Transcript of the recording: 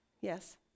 Yes